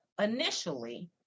initially